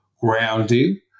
grounding